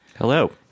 Hello